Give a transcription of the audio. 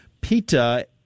Pita